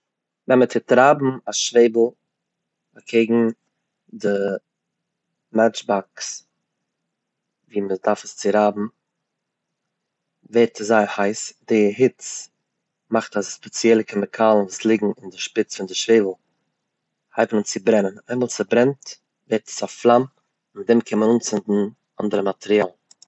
ווען מען טוט רייבן א שוועבל אנקעגן די מעטש באקס ווי מען דארף עס צורייבן ווערט עס זייער הייס, די היץ מאכט אז די ספעציעלע קעמיקאלן וואס ליגן אין די שפיץ פון די שוועבל הייבן אן צו ברענען, איינמאל עס ברענט ווערט עס א פלאם און מיט דעם קען מען אנצינדן אנדערע מאטריאל.